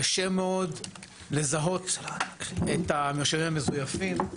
קשה מאוד לזהות את המרשמים המזויפים.